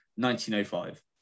1905